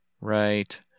Right